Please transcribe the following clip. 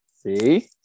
see